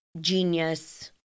genius